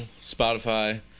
Spotify